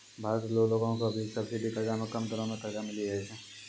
भारत रो लगो के भी सब्सिडी कर्जा मे कम दरो मे कर्जा मिली जाय छै